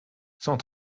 cent